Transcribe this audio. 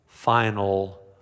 Final